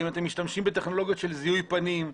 האם אתם משתמשים בטכנולוגיות של זיהוי פנים,